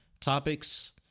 topics